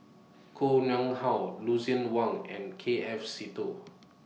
Koh Nguang How Lucien Wang and K F Seetoh